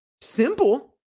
Simple